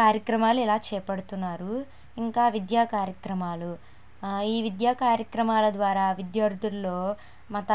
కార్యక్రమాలు ఇలా చేపడుతున్నారు ఇంకా విద్యా కార్యక్రమాలు ఈ విద్యా కార్యక్రమాల ద్వారా విద్యార్థులలో మత